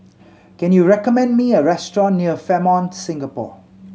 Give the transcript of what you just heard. can you recommend me a restaurant near Fairmont Singapore